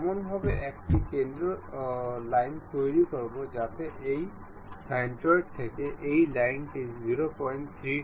এখন আমরা যদি এই ধাঁধাটি সমাধান করতে চাই তবে আমরা মেটের মধ্য দিয়ে যেতে পারি